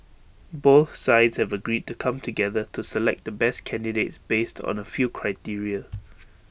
both sides have agreed to come together to select the best candidates based on A few criteria